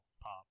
pop